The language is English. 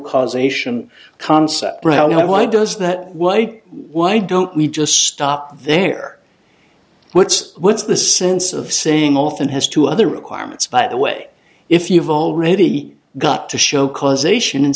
causation concept brown why does that why why don't we just stop there what's what's the sense of saying often has two other requirements by the way if you've already got to show causation